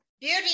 beauty